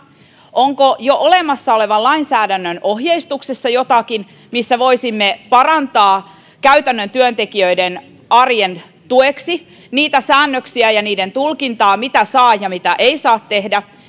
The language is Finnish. onko jo olemassa olevan lainsäädännön ohjeistuksessa jotakin missä voisimme parantaa työntekijöiden käytännön arjen tueksi niitä säännöksiä ja niiden tulkintaa mitä saa ja mitä ei saa tehdä